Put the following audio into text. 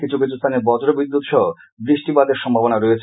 কিছু কিছু স্থানে বজ্র বিদ্যুৎ সহ বৃষ্টিপাতের সম্ভাবনা রয়েছে